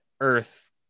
Earth